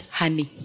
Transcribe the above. honey